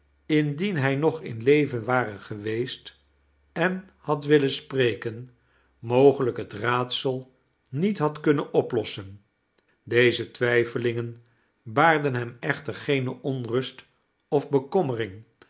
indien hij nog in leven ware geweest en had willen spreken mogelijk het raadsel niet had kunnen oplossen deze twijfelingen baarden hem echter geene onrust of bekommering